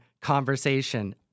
conversation